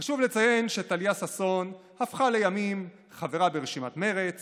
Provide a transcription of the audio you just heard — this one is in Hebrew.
חשוב לציין שטליה ששון הפכה לימים חברה ברשימת מרצ